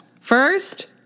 First